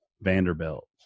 Vanderbilt